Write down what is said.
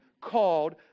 called